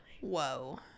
Whoa